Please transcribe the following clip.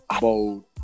bold